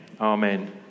Amen